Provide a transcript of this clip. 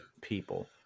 people